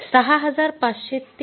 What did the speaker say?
हे ६५१३